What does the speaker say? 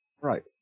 Right